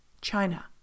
China